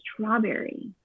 strawberry